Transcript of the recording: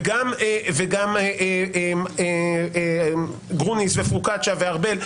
וגם גרוניס ופוקצ'יה וארבל.